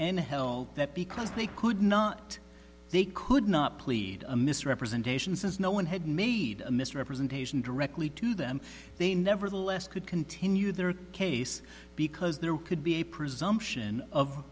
and held that because they could not they could not plead a misrepresentation since no one had made a misrepresentation directly to them they nevertheless could continue their case because there could be a presumption of